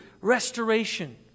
restoration